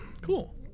Cool